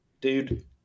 dude